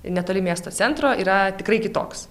netoli miesto centro yra tikrai kitoks